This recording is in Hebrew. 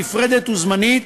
נפרדת וזמנית,